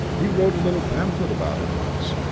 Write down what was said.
he wrote a little pamphlet about it once.